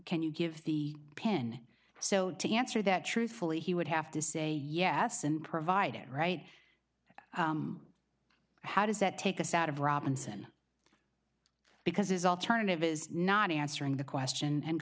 can you give the pen so to answer that truthfully he would have to say yes and provide it right how does that take us out of robinson because his alternative is not answering the question and